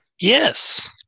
Yes